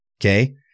Okay